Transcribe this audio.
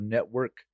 Network